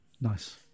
nice